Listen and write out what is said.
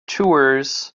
tours